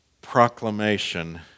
proclamation